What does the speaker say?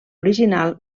original